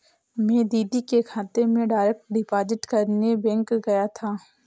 मैं दीदी के खाते में डायरेक्ट डिपॉजिट करने बैंक गया था